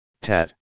tat